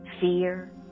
Fear